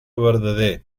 verdader